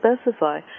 specify